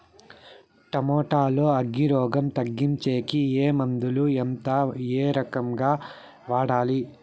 Tomato లో అగ్గి రోగం తగ్గించేకి ఏ మందులు? ఎంత? ఏ రకంగా వాడాలి?